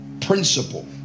principle